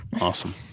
Awesome